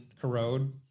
corrode